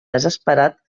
desesperat